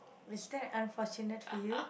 is that unfortunate for you